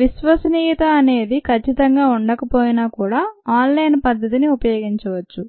విశ్వసనీయత అనేది ఖచ్చితంగా ఉండకపోయినాకూడా ఆన్ లైన్ పద్దతిని ఉపయోగించవచ్చు